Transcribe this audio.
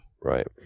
Right